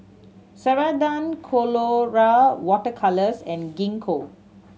Ceradan Colora Water Colours and Gingko